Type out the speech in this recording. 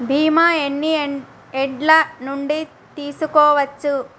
బీమా ఎన్ని ఏండ్ల నుండి తీసుకోవచ్చు?